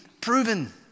proven